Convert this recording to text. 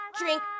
drink